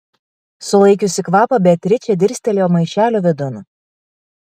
sulaikiusi kvapą beatričė dirstelėjo maišelio vidun